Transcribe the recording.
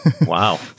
Wow